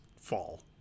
fall